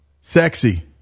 Sexy